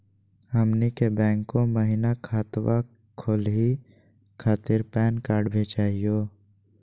हमनी के बैंको महिना खतवा खोलही खातीर पैन कार्ड भी चाहियो?